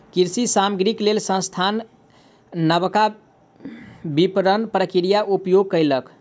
कृषि सामग्रीक लेल संस्थान नबका विपरण प्रक्रियाक उपयोग कयलक